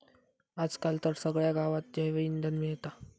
आज काल तर सगळ्या गावात जैवइंधन मिळता